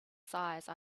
size